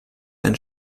ein